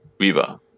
Viva